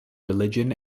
religion